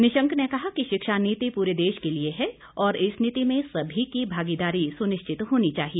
निशंक ने कहा कि शिक्षा नीति पूरे देश के लिए है और इस नीति में सभी की भागीदारी सुनिश्चित होनी चाहिए